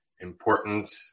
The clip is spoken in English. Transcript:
important